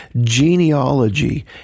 genealogy